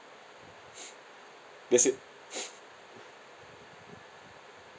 that's it